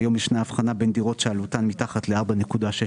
היום ישנה הבחנה בין דירות שעלותן מתחת ל-4.6